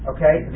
Okay